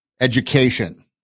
education